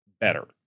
better